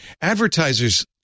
Advertisers